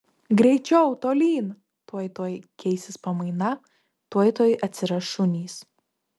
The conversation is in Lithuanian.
greičiau tolyn tuoj tuoj keisis pamaina tuoj tuoj atsiras šunys